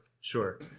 sure